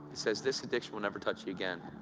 says, this addiction will never touch you again.